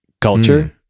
culture